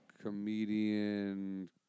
comedian